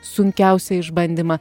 sunkiausią išbandymą